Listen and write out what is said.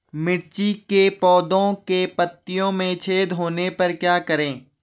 मिर्ची के पौधों के पत्तियों में छेद होने पर क्या करें?